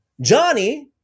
Johnny